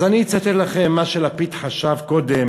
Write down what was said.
אז אני אצטט לכם מה שלפיד חשב קודם